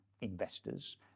investors